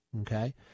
Okay